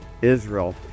Israel